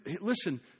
listen